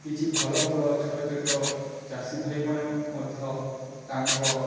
କିଛି ଫଳମୂଳ ଛୋଟ ଛୋଟ ଚାଷୀ ଭାଇମାନେ ମଧ୍ୟ ତାଙ୍କ